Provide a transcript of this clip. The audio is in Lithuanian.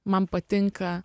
man patinka